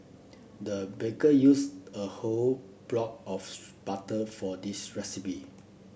the baker used a whole block of butter for this recipe